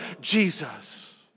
Jesus